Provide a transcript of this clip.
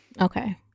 Okay